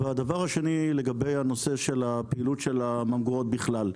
והדבר השני הוא לגבי הנושא של הפעילות של הממגורות בכלל.